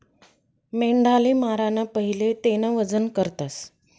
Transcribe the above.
मेंढाले माराना पहिले तेनं वजन करतस